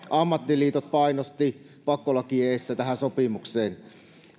ammattiliitot painosti pakkolaki edessä tähän sopimukseen